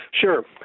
Sure